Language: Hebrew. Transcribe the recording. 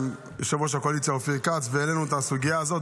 יושב-ראש הקואליציה אופיר כץ והעלינו את הסוגיה הזאת.